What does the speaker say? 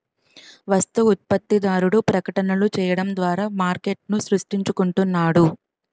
వస్తు ఉత్పత్తిదారుడు ప్రకటనలు చేయడం ద్వారా మార్కెట్ను సృష్టించుకుంటున్నాడు